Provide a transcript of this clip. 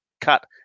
cut